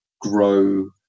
grow